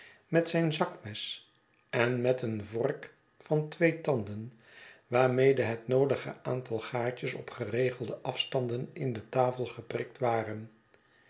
met zijn zakmes en met een vork van twee tanden waarmede het noodige aantal gaatjes op geregelde afstanden in de tafel geprikt waren